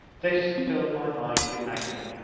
this filled my mind with agony,